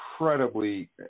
incredibly